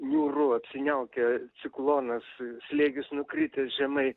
niūru apsiniaukę ciklonas slėgis nukritęs žemai